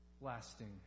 lasting